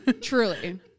truly